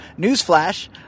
Newsflash